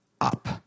up